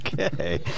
Okay